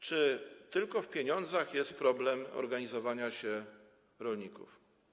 Czy tylko w pieniądzach jest problem organizowania się rolników?